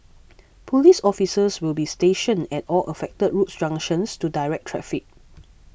police officers will be stationed at all affected road junctions to direct traffic